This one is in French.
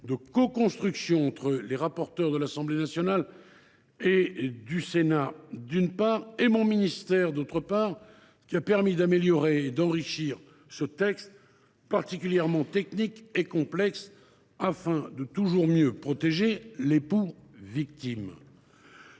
de coconstruction entre les rapporteures de l’Assemblée nationale et du Sénat, d’une part, et mon ministère, d’autre part : leur collaboration a permis d’améliorer et d’enrichir ce texte particulièrement technique et complexe, afin de toujours mieux protéger l’époux victime.